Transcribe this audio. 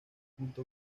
junto